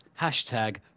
hashtag